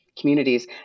communities